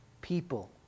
people